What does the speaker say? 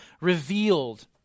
revealed